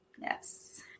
Yes